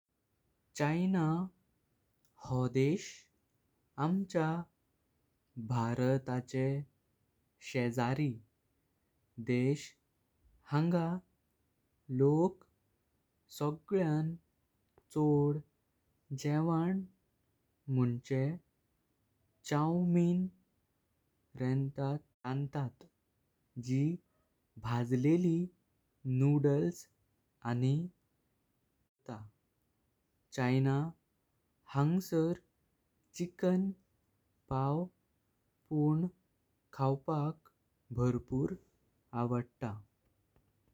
चीन हा देश आमच्या भारताचे शेजारी देश हांगा। लोक सगळ्यान छोद जेवण मण्झे चौ मेन रांतात जी भाजलेली नूडल्स। आणि कोंर्ता चीन हांगर चिकन पाव पण खावपाक भरपूर आवडता।